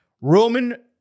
Roman